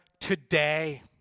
today